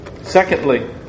Secondly